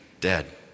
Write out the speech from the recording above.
dead